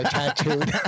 tattooed